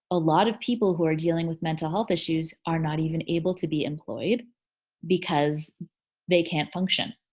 a lot of people who are dealing with mental health issues are not even able to be employed because they can't function.